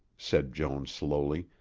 said joan slowly,